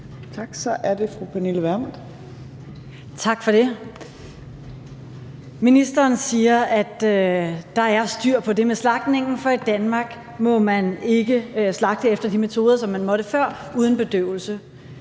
Tak for det. Ministeren siger, at der er styr på det med slagtningen, for i Danmark må man ikke slagte efter de metoder, som man måtte før, uden bedøvelse.